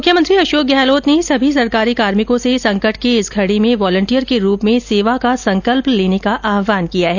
मुख्यमंत्री अशोक गहलोत ने सभी सरकारी कार्मिकों से संकट की इस घडी में वॉलिंटीयर के रूप में सेवा का संकल्प लेने का आहवान किया है